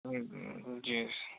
جی